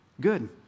Good